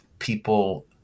People